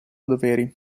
doveri